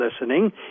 listening